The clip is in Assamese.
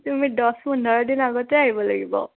তুমি দহ পোন্ধৰ দিন আগতে আহিব লাগিব